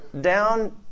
down